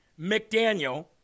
McDaniel